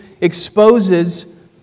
exposes